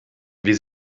wir